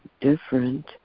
different